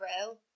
row